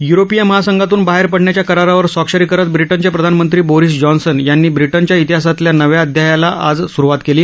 य्रोपीय महासंघातून बाहेर पडण्याच्या करारावर स्वाक्षरी करत ब्रिटनचे प्रधानमंत्री बोरीस जॉन्सन यांनी ब्रिटनच्या इतिहासातल्या नव्या अध्यायाला आज सुरुवात केली